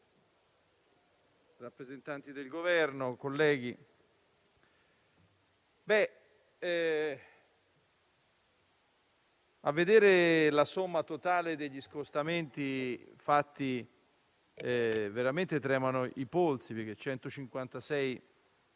Presidente, rappresentanti del Governo, colleghi, a vedere la somma totale degli scostamenti fatti, tremano veramente i polsi, perché 156